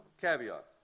Caveat